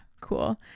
cool